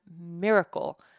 miracle